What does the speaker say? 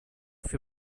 für